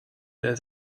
der